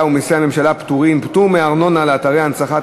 ומסי הממשלה (פטורין) (פטור מארנונה לאתרי הנצחה),